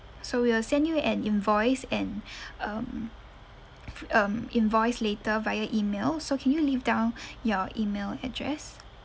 so we will send you an invoice an um um invoice later via email so can you leave down your email address